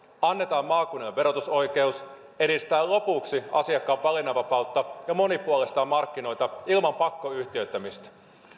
annetaan maakunnille verotusoikeus edistetään lopuksi asiakkaan valinnanvapautta ja monipuolistetaan markkinoita ilman pakkoyhtiöittämistä